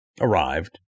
arrived